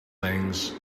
things